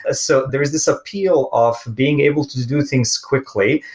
ah so there is this appeal of being able to do things quickly,